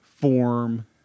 form